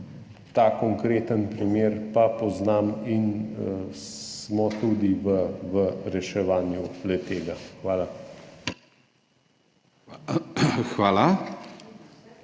ta konkreten primer pa poznam in smo tudi v reševanju le-tega. Hvala.